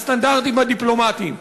בסטנדרטים הדיפלומטיים,